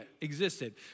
existed